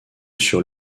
sur